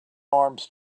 arms